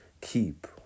Keep